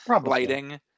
lighting